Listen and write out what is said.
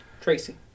Tracy